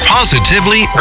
Positively